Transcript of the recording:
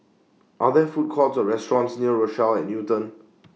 Are There Food Courts Or restaurants near Rochelle At Newton